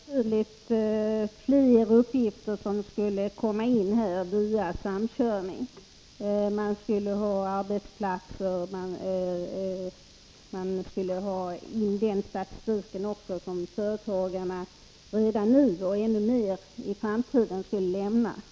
Fru talman! Lägg märke till att när det gäller Fobalt är det betydligt fler uppgifter som skulle komma in via samkörning. Man skulle samla in uppgifter om arbetsplatser och också ta in den statistik som företagarna redan nu och ännu mer i framtiden skulle lämna.